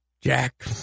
Jack